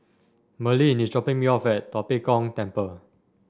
Merlyn is dropping me off at Tua Pek Kong Temple